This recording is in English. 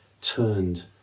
turned